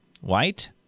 white